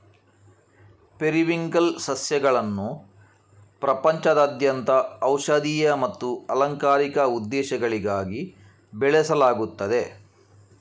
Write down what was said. periwinkle ಸಸ್ಯಗಳನ್ನು ಪ್ರಪಂಚದಾದ್ಯಂತ ಔಷಧೀಯ ಮತ್ತು ಅಲಂಕಾರಿಕ ಉದ್ದೇಶಗಳಿಗಾಗಿ ಬೆಳೆಸಲಾಗುತ್ತದೆ